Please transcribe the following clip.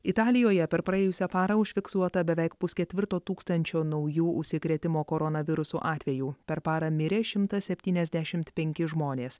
italijoje per praėjusią parą užfiksuota beveik pusketvirto tūkstančio naujų užsikrėtimo koronavirusu atvejų per parą mirė šimtas septyniasdešimt penki žmonės